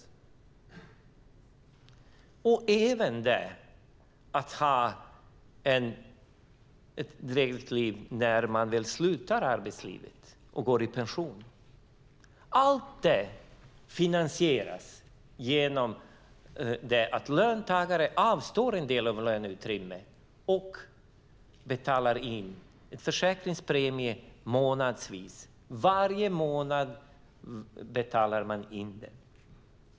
Det handlar även om att ha ett drägligt liv när man vill avsluta arbetslivet och gå i pension. Allt detta finansieras genom att löntagare avstår en del av löneutrymmet och betalar in en försäkringspremie månadsvis. Varje månad betalar man in den.